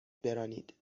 برانید